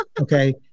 okay